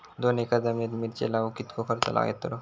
दोन एकर जमिनीत मिरचे लाऊक कितको खर्च यातलो?